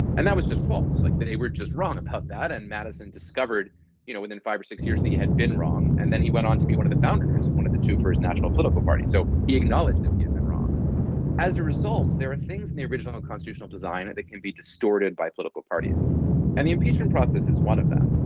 and that was just false. like they were just wrong about that. and madison discovered you know within five or six years they had been wrong. and then he went on to be one of the founders, one of the two first national political parties. so he acknowledged that he had been wrong as a result. there are things in the original consitutional design that can be distorted by political parties and the impeachment process is one of them,